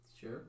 Sure